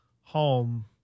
home